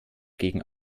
gegen